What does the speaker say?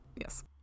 Yes